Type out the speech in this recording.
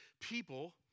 people